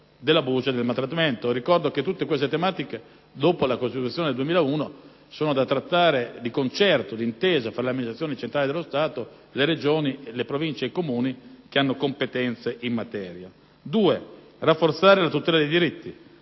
Ricordo che tutte queste tematiche, dopo la costituzione del 2001, sono da trattare di intesa tra le amministrazioni centrali dello Stato, le Regioni, le Province ed i Comuni, che hanno competenze in materia. In secondo luogo, occorre rafforzare la tutela dei diritti: